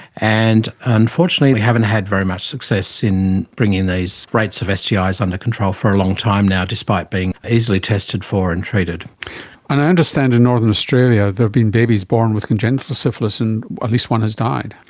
and unfortunately we haven't had very much success in bringing these rates of stis yeah ah under control for a long time now, despite being easily tested for and treated. and i understand in northern australia there have been babies born with congenital syphilis and at least one has died.